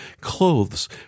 Clothes